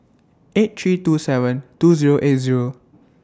eight three two seven two Zero eight Zero